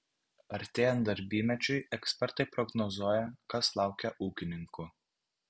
artėjant darbymečiui ekspertai prognozuoja kas laukia ūkininkų